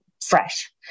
fresh